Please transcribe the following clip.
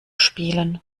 spielen